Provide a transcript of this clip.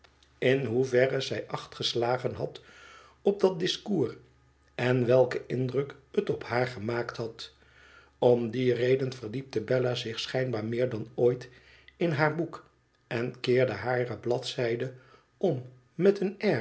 in hoeverre zij acht geslagen had op dat discours en welken indruk het op haar gemaakt had om die reden verdiepte bella zich schijnbaar meer dan ooit in haar boek en keerde hare bladzijde om met een